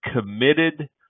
committed